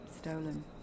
stolen